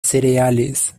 cereales